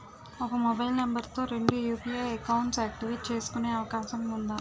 ఒక mobile number తో రెండు యు.పి.ఐ అకౌంట్స్ యాక్టివేట్ చేసుకునే అవకాశం వుందా?